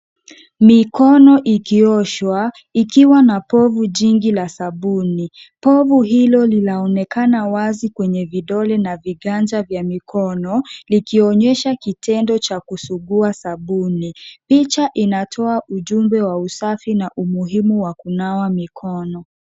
Mikono ikioshwa ikiwa na povu jingi la sabuni. Povu hilo linaonekana wazi kwenye vidole na viganja vya mikono likionyesha kitendo cha kusugua sabuni. Picha inatoa ujumbe wa usafi na umuhimu wa kunawa mikono.